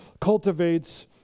cultivates